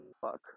Fuck